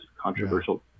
controversial